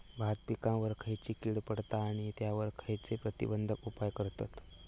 भात पिकांवर खैयची कीड पडता आणि त्यावर खैयचे प्रतिबंधक उपाय करतत?